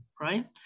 right